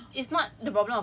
ya I was thinking of that